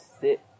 sit